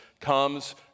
comes